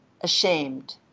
ashamed